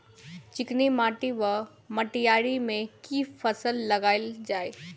चिकनी माटि वा मटीयारी मे केँ फसल लगाएल जाए?